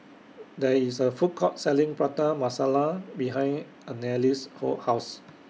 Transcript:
There IS A Food Court Selling Prata Masala behind Anneliese's Ho House